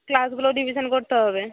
ক্লাসগুলোও division করতে হবে